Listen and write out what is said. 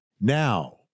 Now